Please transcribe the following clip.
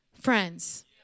friends